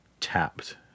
tapped